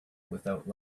without